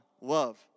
love